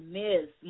miss